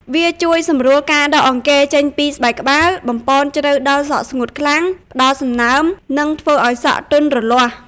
វាជួយសម្រួលការដកអង្គែរចេញពីស្បែកក្បាល បំប៉នជ្រៅដល់សក់ស្ងួតខ្លាំង ផ្តល់សំណើម និងធ្វើឲ្យសក់ទន់រលាស់។